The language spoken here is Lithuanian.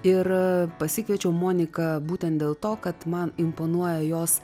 ir pasikviečiau moniką būtent dėl to kad man imponuoja jos